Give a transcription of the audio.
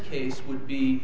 case would be